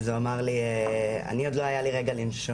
הוא אמר לי - אני, עוד לא היה לי רגע לנשום.